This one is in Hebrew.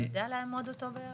אתה יודע לאמוד בערך?